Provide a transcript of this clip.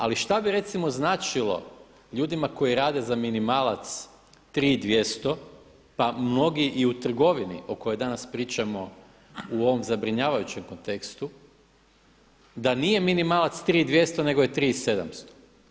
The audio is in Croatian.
Ali šta bi recimo značilo ljudima koji rade za minimalac 3200 pa mnogi i u trgovini o kojoj danas pričamo u ovom zabrinjavajućem kontekstu, da nije minimalac 3200 nego je 3700.